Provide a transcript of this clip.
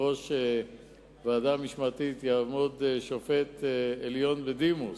בראש ועדה משמעתית יעמוד שופט בית-המשפט העליון בדימוס,